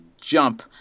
jump